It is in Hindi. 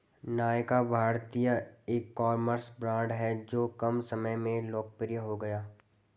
नायका भारतीय ईकॉमर्स ब्रांड हैं जो कम समय में लोकप्रिय हो गया